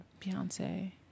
Beyonce